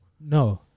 No